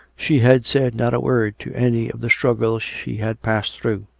she had said not a word to any of the struggle she had passed through.